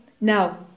now